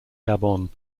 gabon